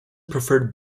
preferred